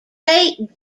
great